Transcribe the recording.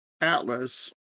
Atlas